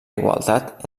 igualtat